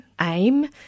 aim